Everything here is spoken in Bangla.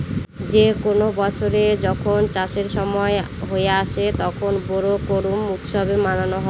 যে কোনো বছরে যখন চাষের সময় শেষ হয়ে আসে, তখন বোরো করুম উৎসব মানানো হয়